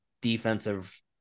defensive